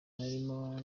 narimo